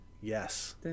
Yes